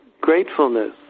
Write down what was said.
gratefulness